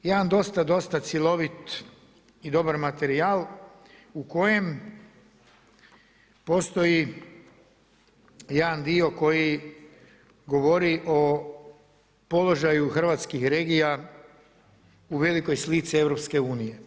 Jedan dosta, dosta cjelovit i dobar materijal u kojem postoji jedan dio koji govori o položaju hrvatskih regija u velikoj slici EU.